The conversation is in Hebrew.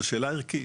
זו שאלה ערכית.